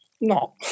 no